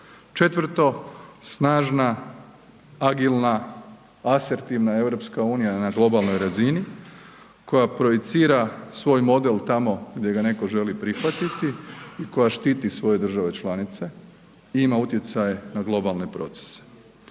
Četvrto, snažna, agilna, asertivna EU na globalnoj razini koja projicira svoj model tamo gdje ga netko želi prihvatiti i koja štiti svoje države članice i ima utjecaj na globalne procese,